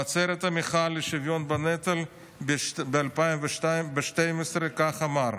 בעצרת המחאה לשוויון בנטל ב-2012, כך אמר: